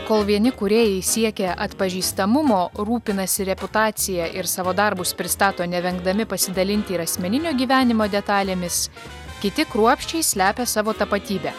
kol vieni kūrėjai siekia atpažįstamumo rūpinasi reputacija ir savo darbus pristato nevengdami pasidalinti ir asmeninio gyvenimo detalėmis kiti kruopščiai slepia savo tapatybę